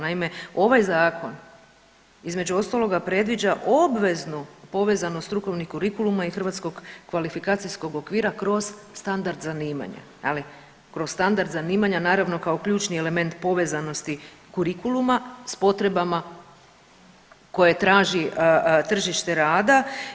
Naime, ovaj zakon između ostaloga predviđa obveznu povezanost strukovnih kurikuluma i hrvatskog kvalifikacijskog okvira kroz standard zanimanja, kroz standard zanimanja naravno kao ključni element povezanosti kurikuluma sa potrebama koje traži tržište rada.